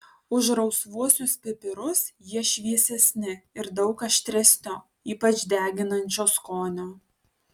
už rausvuosius pipirus jie šviesesni ir daug aštresnio ypač deginančio skonio